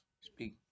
speak